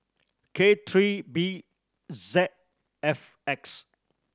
K three B Z five X